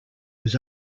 was